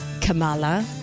Kamala